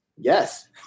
yes